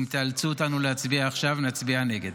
אם תאלצו אותנו להצביע עכשיו, נצביע נגד.